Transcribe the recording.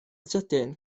sydyn